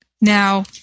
Now